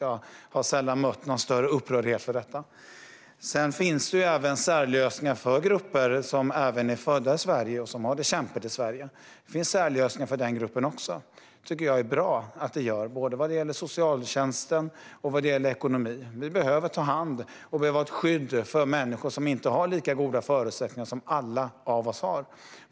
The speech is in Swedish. Jag har sällan mött någon större upprördhet över detta. Det finns ju särlösningar även för grupper som är födda i Sverige och har det kämpigt i Sverige. Det tycker jag är bra att det gör, både vad gäller socialtjänsten och vad gäller ekonomin. Vi behöver ta hand om och ha ett skydd för människor som inte har lika goda förutsättningar som alla vi andra har.